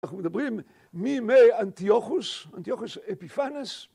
אנחנו מדברים מימי אנטיוכוס, אנטיוכוס אפיפנס.